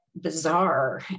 Bizarre